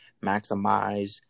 maximize